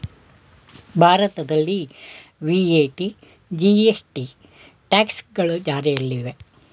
ಭಾರತದಲ್ಲಿ VAT, GST, taxes ಗಳು ಜಾರಿಯಲ್ಲಿದೆ